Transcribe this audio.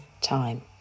time